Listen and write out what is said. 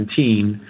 2017